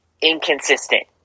inconsistent